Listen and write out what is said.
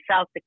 South